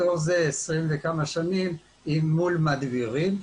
מתוך זה 20 וכמה שנים מול מדבירים,